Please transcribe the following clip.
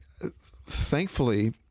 thankfully